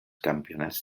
campionats